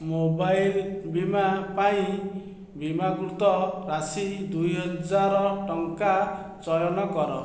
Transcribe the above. mobile ବୀମା ପାଇଁ ବୀମାକୃତ ରାଶି ଦୁଇ ହଜାର ଟଙ୍କା ଚୟନ କର